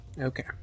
Okay